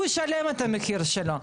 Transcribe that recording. הוא ישלם את המחיר שלו.